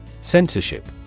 Censorship